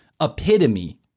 epitome